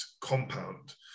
compound